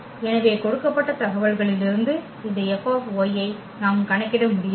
எனவே கொடுக்கப்பட்ட தகவல்களிலிருந்து இந்த F ஐ நாம் கணக்கிட முடியாது